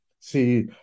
see